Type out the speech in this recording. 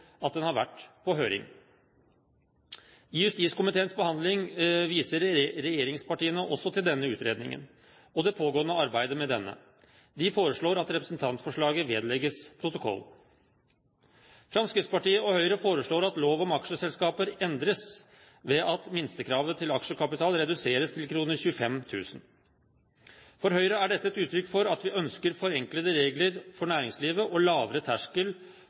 at den har vært på høring. I justiskomiteens behandling viser regjeringspartiene også til denne utredningen, og det pågående arbeidet med denne. De foreslår at representantforslaget vedlegges protokollen. Fremskrittspartiet og Høyre foreslår at lov om aksjeselskaper endres ved at minstekravet til aksjekapital reduseres til 25 000 kr. For Høyre er dette et uttrykk for at vi ønsker forenklede regler for næringslivet og lavere terskel